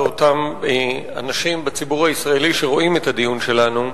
ואותם אנשים בציבור הישראלי שרואים את הדיון שלנו,